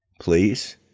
please